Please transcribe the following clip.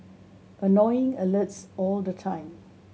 annoying alerts all the time